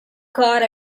got